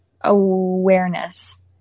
Awareness